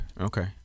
Okay